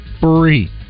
free